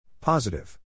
Positive